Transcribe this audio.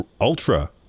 ultra